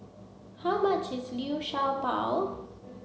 how much is Liu Sha Bao